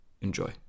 Enjoy